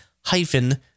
hyphen